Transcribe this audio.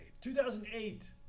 2008